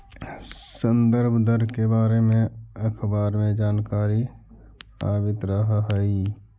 संदर्भ दर के बारे में अखबार में जानकारी आवित रह हइ